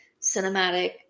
cinematic